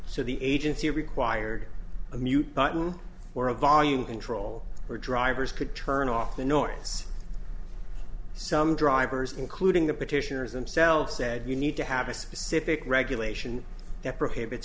so the agency required a mute button or a volume control or drivers could turn off the noise some drivers including the petitioners themselves said we need to have a specific regulation that prohibits